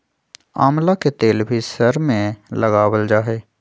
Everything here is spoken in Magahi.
आमला के तेल भी सर में लगावल जा हई